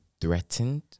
threatened